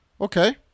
Okay